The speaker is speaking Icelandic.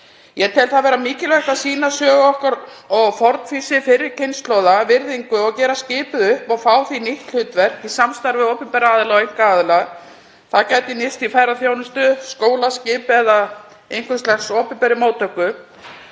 Ég tel það vera mikilvægt að sýna sögu okkar og fórnfýsi fyrri kynslóða virðingu og gera skipið upp og fá því nýtt hlutverk í samstarfi opinberra aðila og einkaaðila. Það gæti nýst í ferðaþjónustu, sem skólaskip eða í einhvers lags opinberri móttöku.